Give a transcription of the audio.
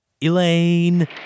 Elaine